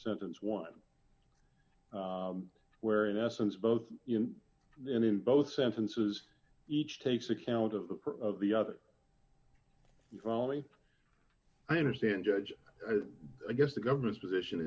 sentence one where in essence both and in both sentences each takes account of the other folly i understand judge i guess the government's position